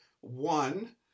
one